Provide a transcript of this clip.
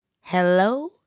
hello